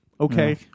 Okay